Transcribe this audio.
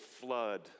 flood